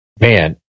man